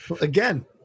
Again